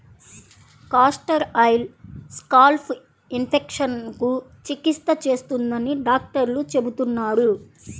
castor oil scalp ఇన్ఫెక్షన్లకు చికిత్స చేస్తుందని డాక్టర్లు చెబుతున్నారు